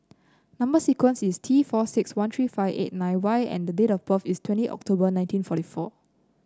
number sequence is T four six one three five eight nine Y and date of birth is twenty October nineteen forty four